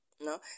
no